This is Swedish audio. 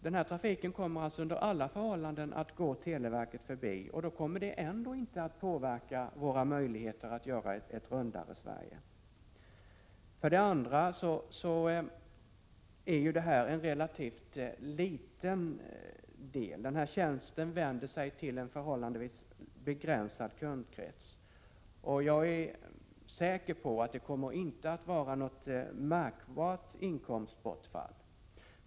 Den här trafiken kommer alltså under alla förhållanden att gå televerket förbi, och då kommer den ändå inte att kunna påverka våra möjligheter att skapa ett rundare Sverige. Vidare är det här en fråga om en relativt liten del. Den aktuella tjänsten vänder sig till en förhållandevis begränsad kundkrets, och jag är säker på att det inte kommer att bli något märkbart inkomstbortfall.